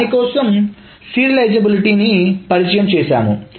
దానికోసం సీరియల్అయిజబుల్టి ను పరిచయం చేసాము